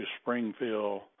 Springfield